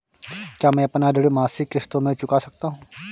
क्या मैं अपना ऋण मासिक किश्तों में चुका सकता हूँ?